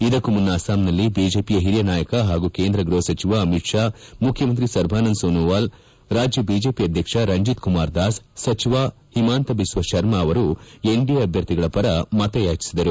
ಇದಕ್ಕೂ ಮುನ್ನ ಅಸ್ಲಾಂನಲ್ಲಿ ಬಿಜೆಪಿಯ ಹಿರಿಯ ನಾಯಕ ಪಾಗೂ ಕೇಂದ್ರ ಗೃಹ ಸಚಿವ ಅಮಿತ್ ಶಾ ಮುಖ್ಯಮಂತ್ರಿ ಸರ್ಬಾನಂದ ಸೋನಾವಾಲ್ ರಾಜ್ಯ ಬಿಜೆಪಿ ಅಧ್ಯಕ್ಷ ರಂಜಿತ್ ಕುಮಾರ್ ದಾಸ್ ಸಚಿವ ಹಿಮಂತಬಿಸ್ವಾ ಶರ್ಮ ಅವರು ಎನ್ಡಿಎ ಅಭ್ಯರ್ಥಿಯ ಪರ ಮತ ಯಾಚಿಸಿದರು